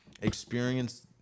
experience